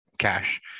cash